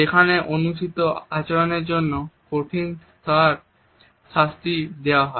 যেখানে অনুচিত আচরণের জন্য কঠোর শাস্তি দেওয়া হয়